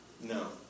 No